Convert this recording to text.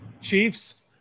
Chiefs